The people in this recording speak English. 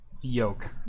Yoke